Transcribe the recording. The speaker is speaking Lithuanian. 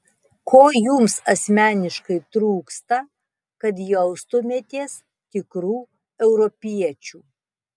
ko jums asmeniškai trūksta kad jaustumėtės tikru europiečiu